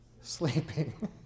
Sleeping